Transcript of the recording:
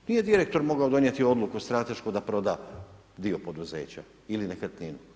Nije direktor mogao donijeli odluku stratešku da proda dio poduzeća, ili nekretninu.